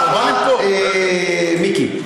מיקי?